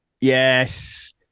Yes